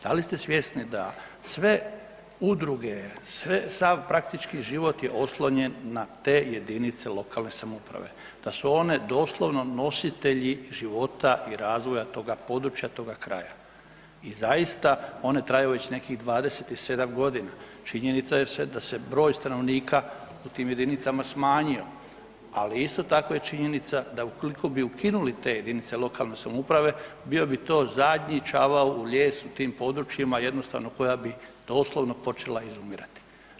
Da li ste svjesni da sve udruge, sve, sav praktički život je oslonjen na te jedinice lokalne samouprave, da su one doslovno nositelji života i razvoja toga područja, toga kraja i zaista one traju one traju već nekih 27 godina, činjenica je da se broj stanovnika u tim jedinicama smanjio, ali isto tako je činjenica da ukoliko bi ukinuli te jedinice lokalne samouprave bio bi to zadnji čavao u lijes u tim područjima koja bi doslovno počela izumirati.